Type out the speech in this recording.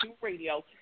Radio